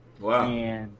Wow